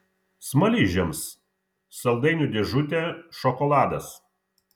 smaližiams saldainių dėžutė šokoladas